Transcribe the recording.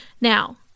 Now